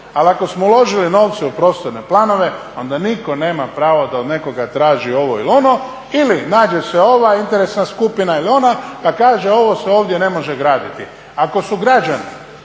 Ali ako smo uložili novce u prostorne planove onda nitko nema pravo da od nekoga traži ovo ili ono ili nađe se ova interesna skupina ili ona pa kaže ovo se ovdje ne može graditi. Ako su građani